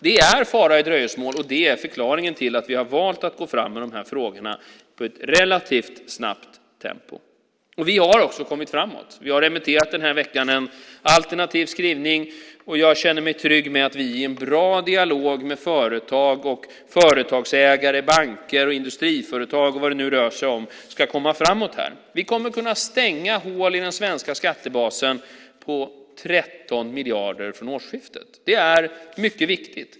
Det är fara i dröjsmål, och det är förklaringen till att vi har valt att gå fram med de här frågorna med ett relativt snabbt tempo. Vi har också kommit framåt. Vi har denna vecka remitterat en alternativ skrivning, och jag känner mig trygg med att vi i en bra dialog med företag och företagsägare, banker, industriföretag och vad det nu rör sig om ska komma framåt. Vi kommer att kunna stänga hål i den svenska skattebasen på 13 miljarder från årsskiftet. Det är mycket viktigt.